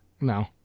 No